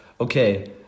okay